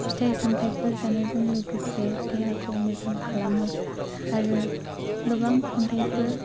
फिथाइ सामथायफोर जानायजों लोगोसे देहाखौ मोजां खालामो आरो गोबां खन्थायफोर